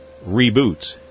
reboots